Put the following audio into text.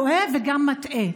גם טועה וגם מטעה.